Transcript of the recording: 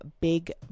big